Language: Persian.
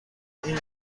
این